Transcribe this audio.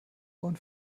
ohren